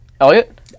Elliot